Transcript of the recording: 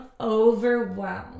overwhelmed